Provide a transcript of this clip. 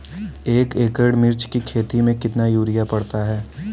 एक एकड़ मिर्च की खेती में कितना यूरिया पड़ता है?